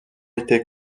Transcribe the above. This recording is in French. été